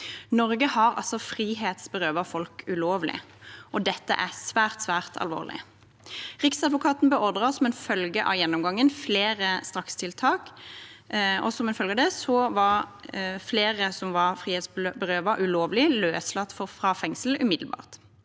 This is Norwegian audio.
Norge har altså frihetsberøvet folk ulovlig, og dette er svært, svært alvorlig. Riksadvokaten beordret som følge av gjennomgangen flere strakstiltak, og flere som var frihetsberøvet ulovlig, ble løslatt fra fengsel umiddelbart.